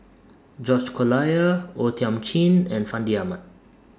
George Collyer O Thiam Chin and Fandi Ahmad